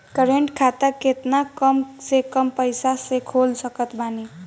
Current खाता केतना कम से कम पईसा से खोल सकत बानी?